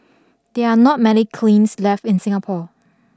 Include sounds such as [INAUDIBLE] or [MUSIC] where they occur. there are not many [UNINTELLIGIBLE] left in Singapore